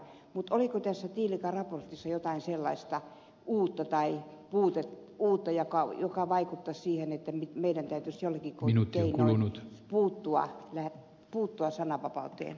mutta oliko tässä tiilikan raportissa jotain sellaista uutta mikä vaikuttaisi siihen että meidän täytyisi jollakin keinoin puuttua sananvapauteen